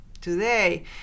today